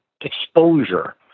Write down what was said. exposure